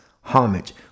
homage